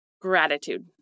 gratitude